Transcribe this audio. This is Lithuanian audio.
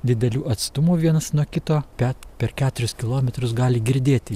dideliu atstumu vienas nuo kito bet per keturis kilometrus gali girdėti